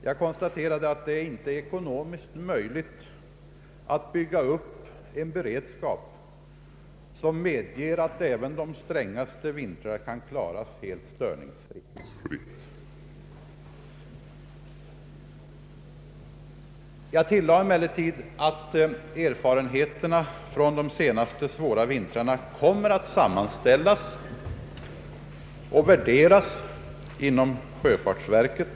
Jag slog fast att det inte är ekonomiskt möjligt att bygga upp en beredskap som medger att även de strängaste vintrar kan klaras helt störningsfritt. Jag tillade emellertid att erfarenheterna från de senaste svåra vintrarna kommer att sammanställas och värderas inom sjöfartsverket.